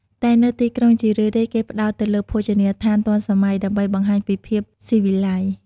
តែនៅទីក្រុងជារឿយៗគេផ្តោតទៅលើភោជនីយដ្ឋានទាន់សម័យ ដើម្បីបង្ហាញពីភាពស៊ីវិល័យ។